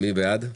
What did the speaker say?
מי בעד?